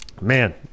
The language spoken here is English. man